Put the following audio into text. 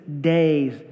days